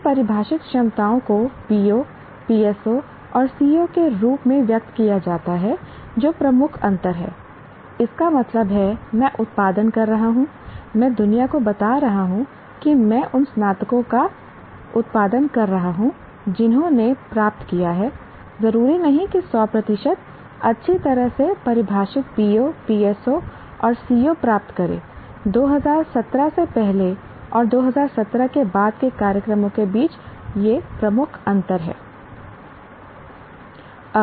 इन परिभाषित क्षमताओं को PO PSO और CO के रूप में व्यक्त किया जाता है जो प्रमुख अंतर है इसका मतलब है मैं उत्पादन कर रहा हूं मैं दुनिया को बता रहा हूं कि मैं उन स्नातकों का उत्पादन कर रहा हूं जिन्होंने प्राप्त किया है जरूरी नहीं कि 100 प्रतिशत अच्छी तरह से परिभाषित PO PSO और CO प्राप्त करे 2017 से पहले और 2017 के बाद के कार्यक्रमों के बीच प्रमुख अंतर है